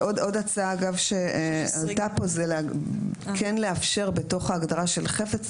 עוד הצעה שהיתה פה זה כן לאפשר בתוך ההגדרה של "חפץ".